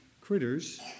critters